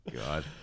God